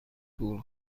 طول